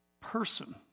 person